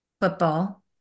football